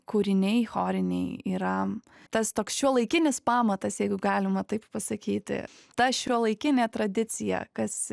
kūriniai choriniai yra tas toks šiuolaikinis pamatas jeigu galima taip pasakyti ta šiuolaikinė tradicija kas